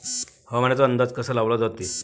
हवामानाचा अंदाज कसा लावला जाते?